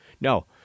No